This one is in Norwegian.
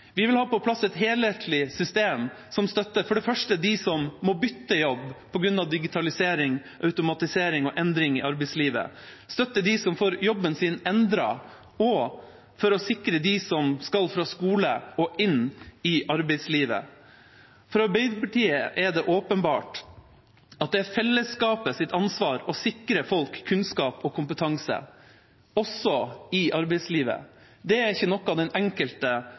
Vi vil ha på plass et helhetlig system som for det første støtter dem som må bytte jobb på grunn av digitalisering, automatisering og endring i arbeidslivet, som støtter dem som får jobben sin endret, og for å sikre dem som skal fra skole og inn i arbeidslivet. For Arbeiderpartiet er det åpenbart at det er fellesskapets ansvar å sikre folk kunnskap og kompetanse, også i arbeidslivet. Det er ikke noe den enkelte